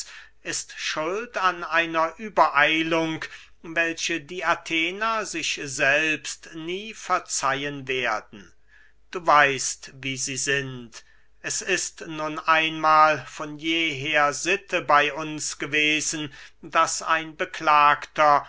ist schuld an einer übereilung welche die athener sich selbst nie verzeihen werden du weißt wie sie sind es ist nun einmahl von jeher sitte bey uns gewesen daß ein beklagter